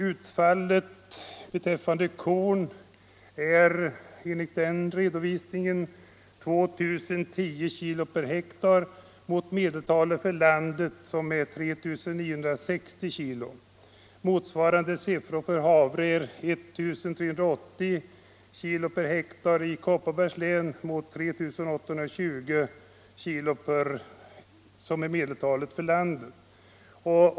Utfallet i fråga om korn är enligt den redovisningen 2010 kg per hektar mot medeltalet för landet på 3 960 kg. Motsvarande siffror för havre är 1380 kg per hektar i Kopparbergs län mot 3 820 kg som medeltal för landet.